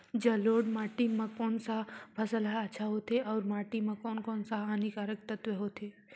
जलोढ़ माटी मां कोन सा फसल ह अच्छा होथे अउर माटी म कोन कोन स हानिकारक तत्व होथे?